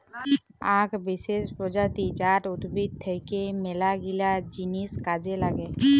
আক বিসেস প্রজাতি জাট উদ্ভিদ থাক্যে মেলাগিলা জিনিস কাজে লাগে